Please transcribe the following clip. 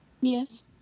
Yes